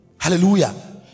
Hallelujah